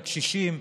הקשישים,